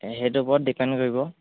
সেইটো ওপৰত ডিপেণ্ড কৰিব